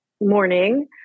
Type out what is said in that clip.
morning